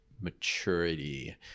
maturity